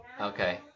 Okay